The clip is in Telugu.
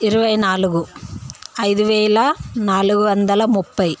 ఇరవై నాలుగు ఐదు వేల నాలుగు వందల ముప్పై